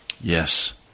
Yes